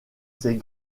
ses